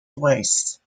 voice